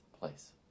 place